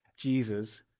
Jesus